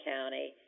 County